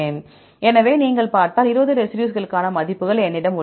எனவே நீங்கள் பார்த்தால் 20 ரெசிடியூஸ்களுக்கான மதிப்புகள் என்னிடம் உள்ளன